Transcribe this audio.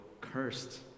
cursed